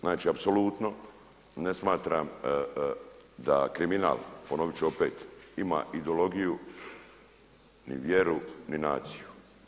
Znači apsolutno ne smatram da kriminal, ponovit ću opet, ima ideologiju ni vjeru, ni naciju.